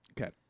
Okay